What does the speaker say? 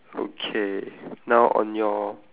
okay now on your